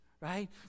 right